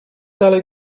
dalej